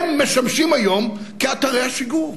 הם משמשים היום כאתרי השיגור.